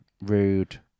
rude